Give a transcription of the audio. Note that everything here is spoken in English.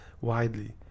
widely